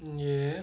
ya